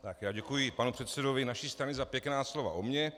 Tak já děkuji panu předsedovi naší strany za pěkná slova o mně.